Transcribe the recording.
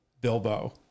Bilbo